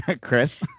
Chris